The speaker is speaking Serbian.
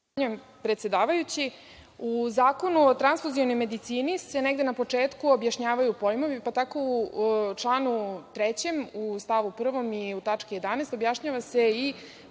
Zakonu o transfuzionoj medicini se negde na početku objašnjavaju pojmovi, pa tako u članu 3. u stavu 1. i u tački 11) objašnjava se i